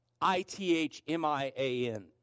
I-T-H-M-I-A-N